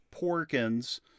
Porkins